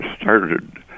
started